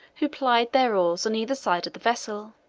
who plied their oars on either side of the vessel.